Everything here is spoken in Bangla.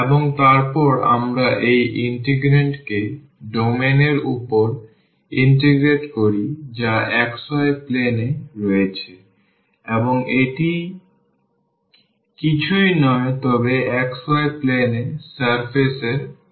এবং তারপর আমরা এই ইন্টিগ্রান্ডকে ডোমেইন এর উপর ইন্টিগ্রেট করি যা xy plane এ রয়েছে এবং এটি কিছুই নয় তবে xy plane এ সারফেস এর প্রজেকশন